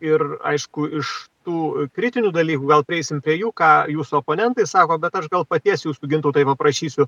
ir aišku iš tų kritinių dalykų gal prieisim prie jų ką jūsų oponentai sako bet aš gal paties jūsų gintautai paprašysiu